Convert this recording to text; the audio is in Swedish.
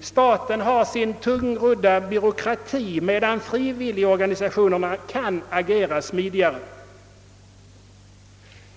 Staten har sin tungrodda byråkrati, medan frivilligorganisationerna kan agera smidigare.